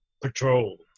patrol